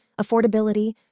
affordability